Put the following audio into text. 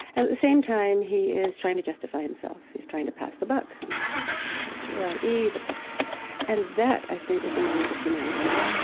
at the same time, he is trying to justify himself. he's trying to pass the buck to to eve and that, i think, is the moment of humanity.